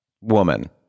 Woman